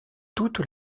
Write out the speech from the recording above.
toutes